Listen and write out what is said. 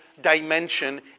dimension